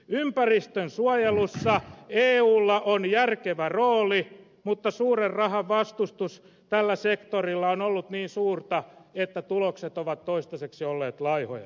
ympäristönsuojelussa eulla on järkevä rooli mutta suuren rahan vastustus tällä sektorilla on ollut niin suurta että tulokset ovat toistaiseksi olleet laihoja